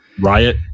Riot